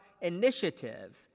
initiative